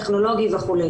טכנולוגי וכו'.